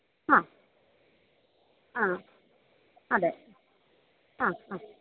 ആ ആ അതെ ആ ആ